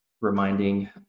reminding